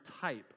type